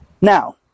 Now